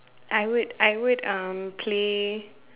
I would I would um play